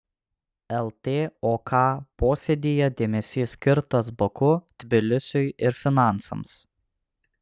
ltok posėdyje dėmesys skirtas baku tbilisiui ir finansams